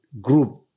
group